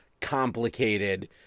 complicated